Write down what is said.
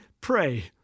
pray